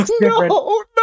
no